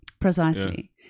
Precisely